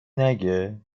نگه